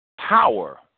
power